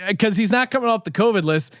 and cause he's not coming off the covid list.